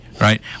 right